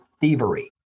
thievery